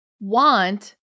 want